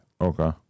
Okay